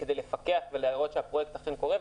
כדי לפקח ולראות שהפרויקט אכן קורה.